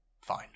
Fine